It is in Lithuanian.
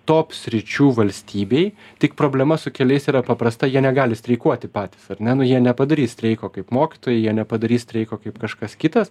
top sričių valstybėj tik problema su keliais yra paprasta jie negali streikuoti patys ar ne nu jie nepadarys streiko kaip mokytojai jie nepadarys streiko kaip kažkas kitas